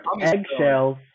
eggshells